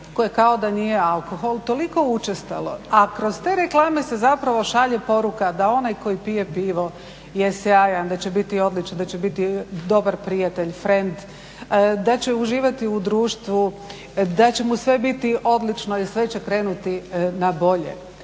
koje kao da nije alkohol toliko učestalo, a kroz te reklame se zapravo šalje poruka da onaj koji pije pivo je sjajan, da će biti odličan, da će biti dobar prijatelj, frend, da će uživati u društvu, da će mu sve biti odlično i sve će krenuti na bolje.